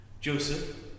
Joseph